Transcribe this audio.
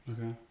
Okay